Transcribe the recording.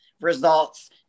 results